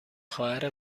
خواهر